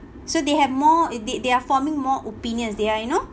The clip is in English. so they have more they they are forming more opinions they are you know